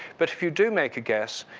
but if you do make a guess,